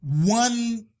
one